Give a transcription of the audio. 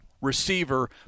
receiver